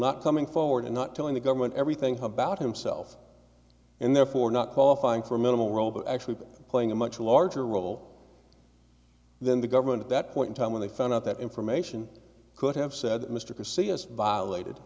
not coming forward and not telling the government everything about himself and therefore not qualifying for a minimal role but actually playing a much larger role than the government at that point in time when they found out that information could have said mr